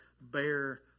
bear